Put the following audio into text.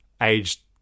aged